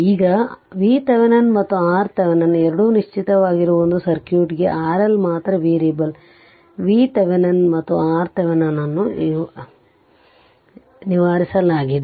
ಈಗ VThevenin ಮತ್ತು RThevenin ಎರಡೂ ನಿಶ್ಚಿತವಾಗಿರುವ ಒಂದು ಸರ್ಕ್ಯೂಟ್ಗೆ RL ಮಾತ್ರ ವೇರಿಯಬಲ್ VThevenin ಮತ್ತು RThevenin ಅನ್ನು ನಿವಾರಿಸಲಾಗಿದೆ